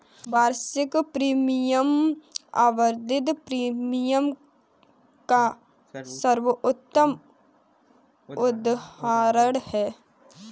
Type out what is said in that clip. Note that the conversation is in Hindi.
वार्षिक प्रीमियम आवधिक प्रीमियम का सर्वोत्तम उदहारण है